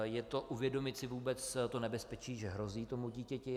Je to: Uvědomit si vůbec to nebezpečí, že hrozí tomu dítěti.